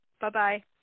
Bye-bye